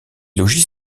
logis